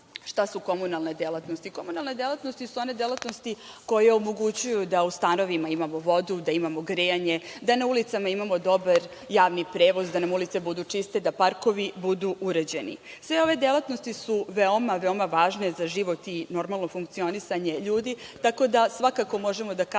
Šta su komunalne delatnosti? Komunalne delatnosti su one delatnosti koje omogućuju da u stanovima imamo vodu, da imamo grejanje, da na ulicama imamo dobar javni prevoz, da nam ulice budu čiste, da parkovi budu uređeni. Sve ove delatnosti su veoma, veoma važne za život i normalno funkcionisanje ljudi, tako da svakako možemo da kažemo